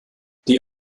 die